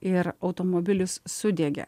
ir automobilis sudegė